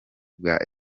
bwa